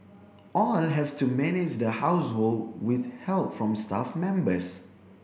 all have to manage the household with help from staff members